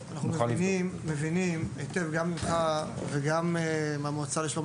אנחנו מבינים היטב גם ממך וגם מהמועצה לשלום